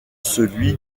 celui